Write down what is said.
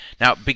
Now